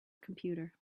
computer